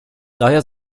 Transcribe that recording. daher